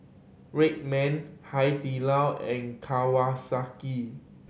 Red Man Hai Di Lao and Kawasaki